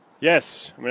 Yes